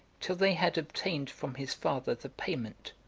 till they had obtained from his father the payment,